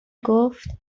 گفت